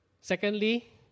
Secondly